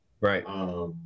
Right